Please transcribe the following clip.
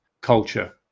culture